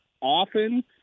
often